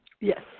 Yes